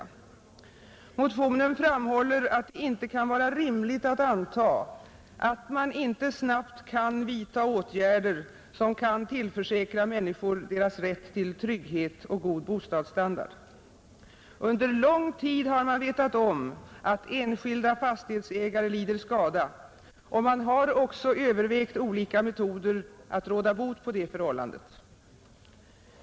I motionen framhålles att det inte kan vara rimligt att anta att man inte snabbt kan vidta åtgärder som tillförsäkrar människor deras rätt till trygghet och god bostadsstandard. Under lång tid har man vetat om att enskilda fastighetsägare lidit skada, och man har också övervägt olika metoder att råda bot på detta förhållande.